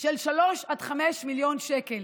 של 3 עד 5 מיליון שקל.